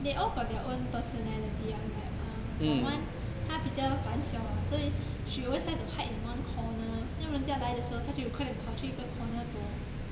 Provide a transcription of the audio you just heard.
they all got their own personality [one] like uh got one 他比较胆小 lah 所以 she always say to hide in one corner then 人家来的时候它就快点跑去一个 corner 躲